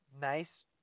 nice